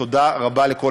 לחברי